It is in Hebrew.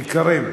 יקרים,